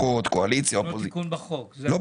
קואליציה ואופוזיציה --- זה לא תיקון בחוק.